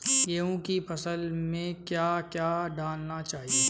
गेहूँ की फसल में क्या क्या डालना चाहिए?